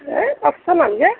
এই পাঁচশ নালাগে